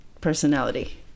personality